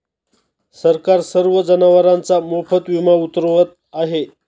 सरकार सर्व जनावरांचा मोफत विमा उतरवत आहे